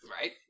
Right